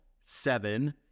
seven